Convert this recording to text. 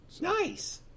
Nice